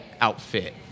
outfit